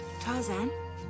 Tarzan